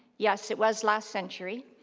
yes it was last century,